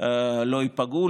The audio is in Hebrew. לא ייפגעו.